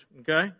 okay